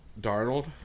Darnold